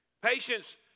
Patience